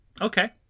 Okay